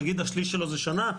נגיד השליש שלו זה שנה,